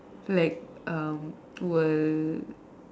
like um will